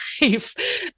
life